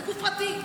זה גוף פרטי,